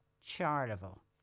Charleville